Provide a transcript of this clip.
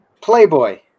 Playboy